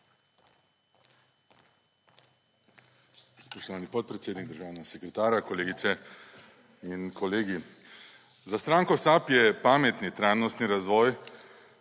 Spoštovani podpredsednik, državna sekretarja, kolegice in kolegi! Za stranko SAB je pametni trajnostni razvoj